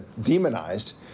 demonized